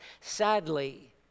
sadly